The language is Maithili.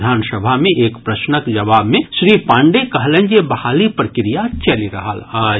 विधान सभा मे एक प्रश्नक जवाब मे श्री पांडेय कहलनि जे बहाली प्रक्रिया चलि रहल अछि